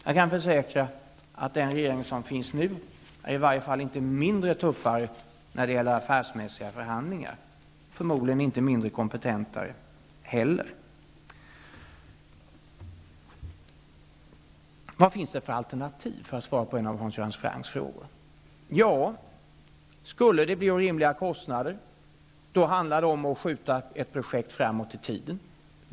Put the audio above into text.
Jag kan försäkra att den regering som finns nu i varje fall inte är mindre tuff när det gäller affärsmässiga förhandlingar. Den är förmodligen inte mindre kompetent heller. Hans Göran Franck frågade vad det finns för alternativ. Om det skulle bli orimliga kostnader handlar det om att skjuta ett projekt framåt i tiden.